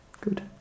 Good